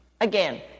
Again